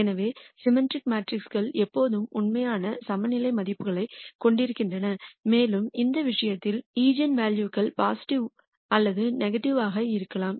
எனவே சிமிட்டிரிக் மெட்ரிக்குகள் எப்போதும் உண்மையான சமநிலை மதிப்புகளைக் கொண்டிருக்கின்றன மேலும் இந்த விஷயத்தில் ஈஜென்வெல்யூக்கள் பாசிட்டிவ் அல்லது நெகட்டிவாக இருக்கலாம்